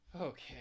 Okay